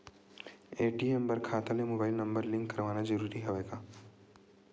ATM बर खाता ले मुबाइल नम्बर लिंक करवाना ज़रूरी हवय का?